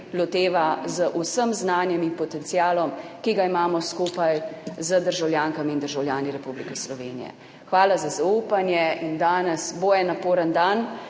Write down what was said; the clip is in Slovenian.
loteva z vsem znanjem in potencialom, ki ga imamo skupaj z državljankami in državljani Republike Slovenije. Hvala za zaupanje. Danes bo en naporen dan,